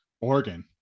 Oregon